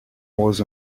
was